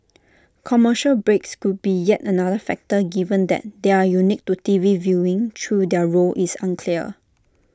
commercial breaks could be yet another factor given that they are unique to T V viewing though their role is unclear